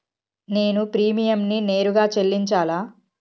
నేను ప్రీమియంని నేరుగా చెల్లించాలా?